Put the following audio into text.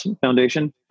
Foundation